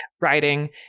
writing